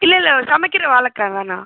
இல்லை இல்லை சமைக்கிற வாழைக்கா தான்ணா